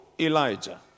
elijah